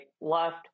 left